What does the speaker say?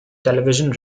television